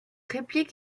réplique